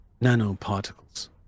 nanoparticles